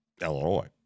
Illinois